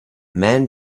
man